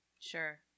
Sure